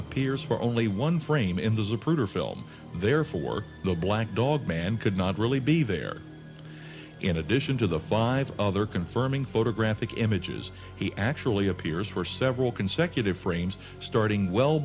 appears for only one frame in the zapruder film therefore no black dog man could not really be there in addition to the five other confirming photographic images he actually appears for several consecutive frames starting well